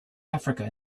africa